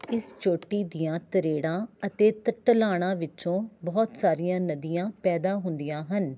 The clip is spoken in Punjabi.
ਇਸ ਚੋਟੀ ਦੀਆਂ ਤਰੇੜਾਂ ਅਤੇ ਤ ਢਲਾਣਾਂ ਵਿੱਚੋਂ ਬਹੁਤ ਸਾਰੀਆਂ ਨਦੀਆਂ ਪੈਦਾ ਹੁੰਦੀਆਂ ਹਨ